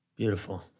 Beautiful